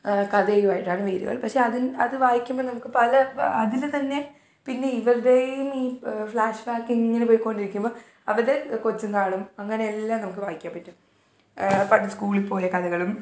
കഥയുമായിട്ടാണ് വേരുകൾ പക്ഷേ അത് വായിക്കുമ്പോൾ നമുക്ക് പല അതിൽ തന്നെ പിന്നെ ഇവരുടേയും ഈ ഫ്ലാഷ് ബാക്കിങ്ങനെ പോയിക്കൊണ്ടിരിക്കുമ്പോൾ അവരുടെ കൊച്ചുന്നാളും അങ്ങനെയെല്ലാം നമുക്ക് വായിക്കാൻ പറ്റും പണ്ട് സ്കൂളിപ്പോയ കഥകളും